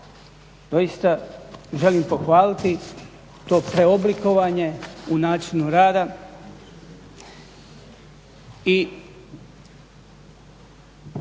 doista želim pohvaliti to preoblikovanje u načinu rada